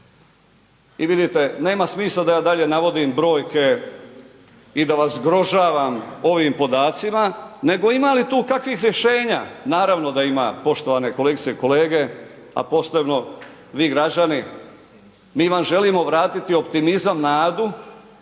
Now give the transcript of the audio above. I vidite, nema smisla da dalje navodim brojke i da vas zgrožavam ovim podacima nego ima li tu kakvih rješenja? Naravno da ima poštovane kolegice i kolege a posebno vi građani, mi vam želimo vratiti optimizam, nadu